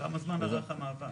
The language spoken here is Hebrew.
כמה זמן ארך המאבק?